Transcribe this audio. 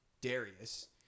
Darius